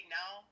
now